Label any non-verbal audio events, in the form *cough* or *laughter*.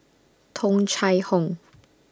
Tung Chye Hong *noise*